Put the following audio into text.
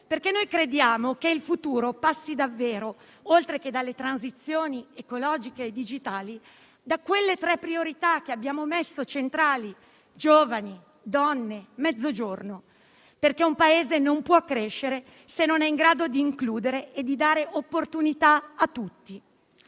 crediamo, infatti, che il futuro passi davvero, oltre che dalle transizioni ecologiche e digitali, da quelle tre priorità che abbiamo messo al centro: giovani, donne e Mezzogiorno. Un Paese non può crescere, infatti, se non è in grado di includere e di dare opportunità a tutti.